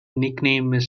nickname